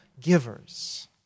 givers